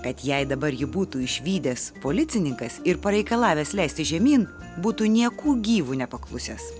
kad jei dabar jį būtų išvydęs policininkas ir pareikalavęs leistis žemyn būtų nieku gyvu nepaklusęs